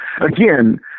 Again